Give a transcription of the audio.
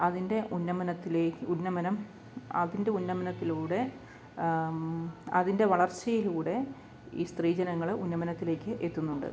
അതിൻ്റെ ഉന്നമനത്തിലേക്ക് ഉന്നമനം അതിൻ്റെ ഉന്നമനത്തിലൂടെ അതിൻ്റെ വളർച്ചയിലൂടെ ഈ സ്ത്രീ ജനങ്ങൾ ഉന്നമനത്തിലേക്ക് എത്തുന്നുണ്ട്